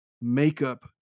makeup